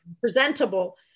presentable